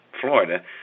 Florida